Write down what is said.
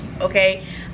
okay